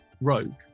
rogue